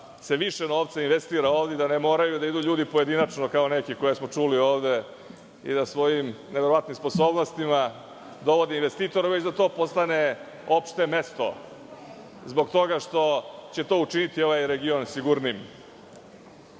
se više novca investira ovde i da ne moraju da idu ljudi pojedinačno, kao neki koje smo čuli ovde i da svojim neverovatnim sposobnostima dovode investitore, već da to postane opšte mesto zbog toga što će to učiniti ovaj region sigurnijim. Na